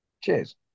Cheers